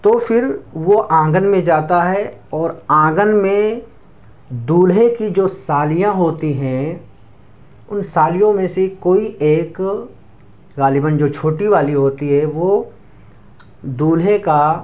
تو پھر وہ آنگن میں جاتا ہے اور آنگن میں دولہے کی جو سالیاں ہوتی ہیں ان سالیوں میں سے کوئی ایک غالباََ جو چھوٹی والی ہوتی ہے وہ دولہے کا